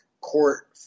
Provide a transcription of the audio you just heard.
court